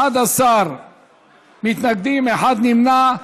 11 מתנגדים, אחד נמנע.